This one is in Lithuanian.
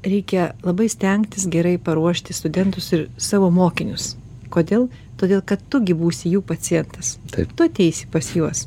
reikia labai stengtis gerai paruošti studentus ir savo mokinius kodėl todėl kad tu gi būsi jų pacientas tu ateisi pas juos